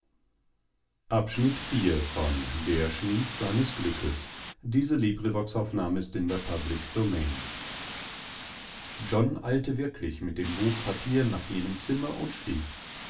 john eilte wirklich mit dem buch papier nach jenem zimmer und schrieb